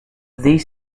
these